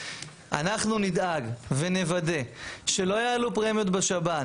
אנחנו נדאג ונוודא שלא יעלו פרמיות בשב"ן